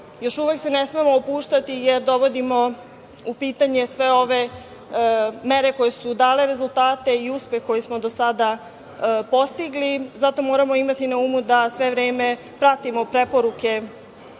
Još uvek se ne smemo opuštati jer dovodimo u pitanje sve ove mere koje su dale rezultate i uspeh koji smo do sada postigli. Zato moramo imati na umu da sve vreme pratimo preporuke